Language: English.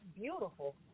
beautiful